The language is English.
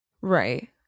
right